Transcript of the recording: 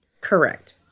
correct